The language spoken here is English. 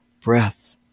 breath